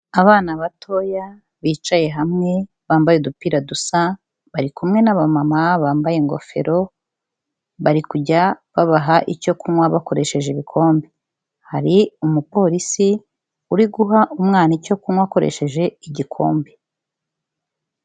Abana batoya bicaye hamwe bambaye udupira dusa, bari kumwe n'abamama bambaye ingofero, bari kujya babaha icyo kunywa bakoresheje ibikombe. Hari umupolisi uri guha umwana icyo kunywa akoresheje igikombe.